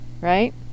Right